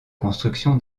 construction